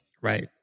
Right